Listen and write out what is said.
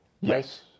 Yes